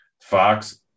fox